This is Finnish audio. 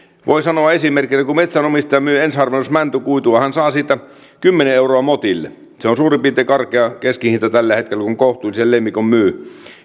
voin sanoa esimerkkinä kun metsänomistaja myy ensiharvennusmäntykuitua hän saa siitä kymmenen euroa motilta se on suurin piirtein karkea keskihinta tällä hetkellä kun kohtuullisen leimikon myy